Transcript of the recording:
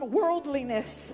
worldliness